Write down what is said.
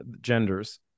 genders